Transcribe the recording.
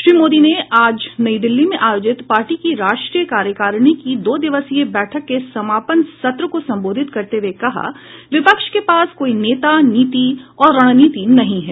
श्री मोदी ने आज नई दिल्ली में आयोजित पार्टी की राष्ट्रीय कार्यकारिणी की दो दिवसीय बैठक के समापन सत्र को को संबोधित करते हुए कहा विपक्ष के पास कोई नेता नीति और रणनीति नहीं है